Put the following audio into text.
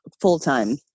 full-time